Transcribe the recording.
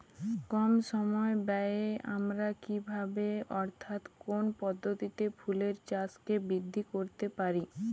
কম সময় ব্যায়ে আমরা কি ভাবে অর্থাৎ কোন পদ্ধতিতে ফুলের চাষকে বৃদ্ধি করতে পারি?